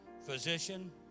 Physician